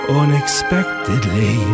unexpectedly